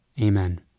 Amen